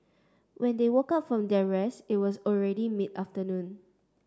when they woke up from their rest it was already mid afternoon